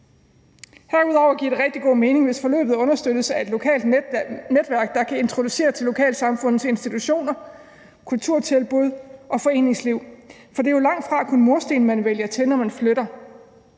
Herudover giver det rigtig god mening, hvis forløbet understøttes af et lokalt netværk, der kan introducere til lokalsamfundets institutioner, kulturtilbud og foreningsliv, for det er jo langtfra kun mursten, man vælger til, når man flytter.